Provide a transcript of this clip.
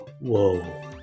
Whoa